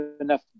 enough